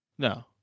No